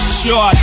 sure